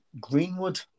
Greenwood